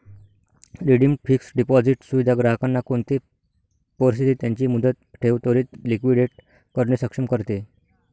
redeemed fixed deposit सुविधा ग्राहकांना कोणते परिस्थितीत त्यांची मुदत ठेव त्वरीत लिक्विडेट करणे सक्षम करते